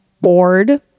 bored